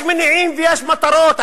יש מניעים ויש מטרות.